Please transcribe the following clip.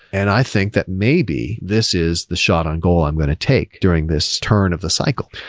and i think that maybe this is the shot on goal i'm going to take during this turn of the cycle.